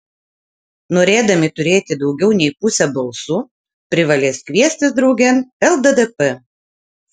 norėdami turėti daugiau nei pusę balsų privalės kviestis draugėn lddp